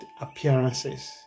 appearances